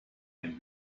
ein